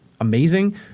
amazing